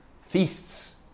feasts